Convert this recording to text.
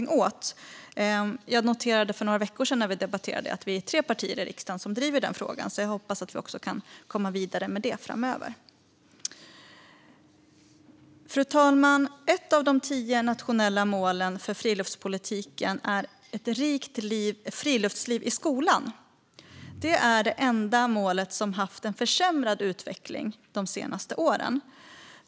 När vi debatterade detta för några veckor sedan noterade jag att vi är tre partier i riksdagen som driver frågan, så jag hoppas att vi kan komma vidare med det framöver. Fru talman! Ett av de tio nationella målen för friluftspolitiken är Ett rikt friluftsliv i skolan. Det är det enda målet som haft en försämrad utveckling de senaste åren.